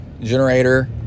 generator